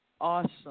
awesome